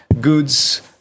goods